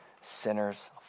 sinners